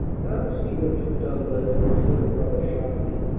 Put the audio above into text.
now see what you've done, leslie! said her brother sharply.